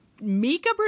Mika